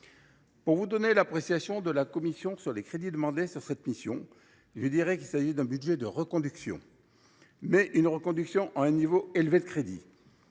Pour vous donner l’appréciation de la commission sur les crédits demandés sur cette mission, je dirai qu’il s’agit d’un budget de reconduction, mais d’une reconduction à un niveau élevé.